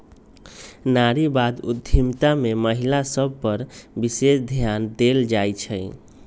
नारीवाद उद्यमिता में महिला सभ पर विशेष ध्यान देल जाइ छइ